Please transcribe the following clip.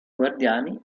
guardiani